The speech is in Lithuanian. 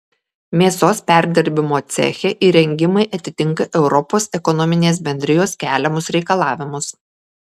mėsos perdirbimo ceche įrengimai atitinka europos ekonominės bendrijos keliamus reikalavimus